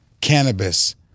cannabis